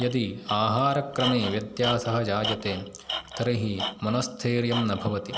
यदि आहरक्रमे व्यत्यासः जायते तर्हि मनस्थैर्यं न भवति